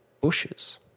bushes